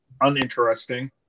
uninteresting